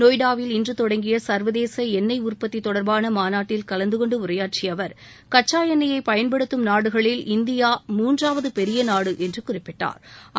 நொய்டாவில் இன்று தொடங்கிய சா்வதேச எண்ணெய் உற்பத்தி தொடா்பான மாநாட்டில் கலந்துகொண்டு உரையாற்றிய அவர் கச்சா எண்ணையை பயன்படுத்தும் நாடுகளில் இந்தியா மூன்றாவது பெரிய நாடு என்று குறிப்பிட்டா்